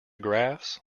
graphs